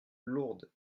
lourdes